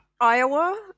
Iowa